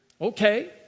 Okay